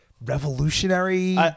revolutionary